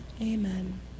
Amen